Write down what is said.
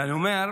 ואני אומר,